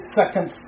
second